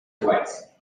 twice